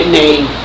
name